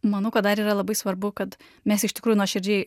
manau kad dar yra labai svarbu kad mes iš tikrųjų nuoširdžiai